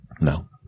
No